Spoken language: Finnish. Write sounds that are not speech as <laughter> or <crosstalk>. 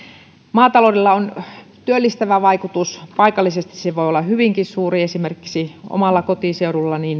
maataloudella on työllistävä vaikutus paikallisesti se voi olla hyvinkin suuri esimerkiksi omalla kotiseudullani <unintelligible>